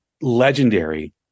legendary